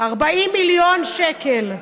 40 מיליון שקל.